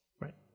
right